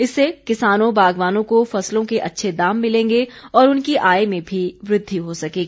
इससे किसानों बागवानों को फसलों के अच्छे दाम मिलेंगे और उनकी आय में भी वृद्धि हो सकेगी